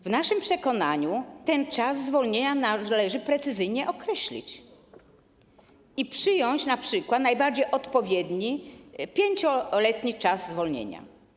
W naszym przekonaniu ten czas zwolnienia należy precyzyjnie określić i przyjąć np. najbardziej odpowiedni, 5-letni czas zwolnienia.